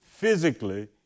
Physically